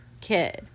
...kid